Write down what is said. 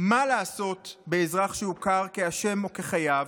מה לעשות באזרח שהוכר כאשם או חייב,